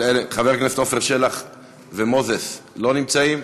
חברי הכנסת שלח ומוזס, לא נמצאים.